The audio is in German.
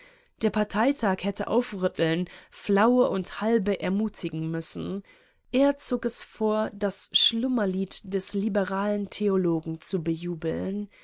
der parteitag hätte aufrütteln flaue und halbe ermutigen müssen er zog es vor das schlummerlied des liberalen theologen zu bejubeln